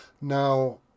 Now